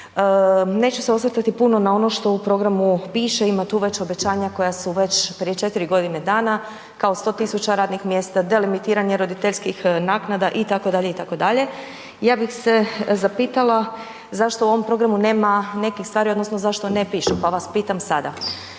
Neću se osvrtati puno na ono što u programu piše, ima tu već obećanja koja su već prije 4 godine dana, kao 100 tisuća radnih mjesta, delimitiranje roditeljskih naknada, itd., itd. Ja bih se zapitala zašto u ovom programu nema nekih stvari, odnosno zašto ne pišu, pa vas pitam sada.